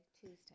Tuesday